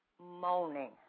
moaning